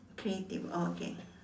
creative oh okay